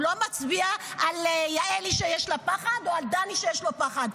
הוא לא מצביע על יעלי שיש לה פחד או על דני שיש לו פחד,